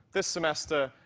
this semester,